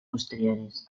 posteriores